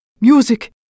Music